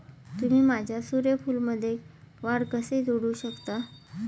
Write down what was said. तुम्ही माझ्या सूर्यफूलमध्ये वाढ कसे जोडू शकता?